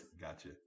Gotcha